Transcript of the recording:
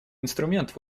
инструмент